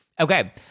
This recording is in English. Okay